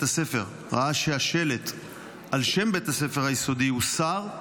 הספר ראה שהשלט על שם בית הספר היסודי הוסר,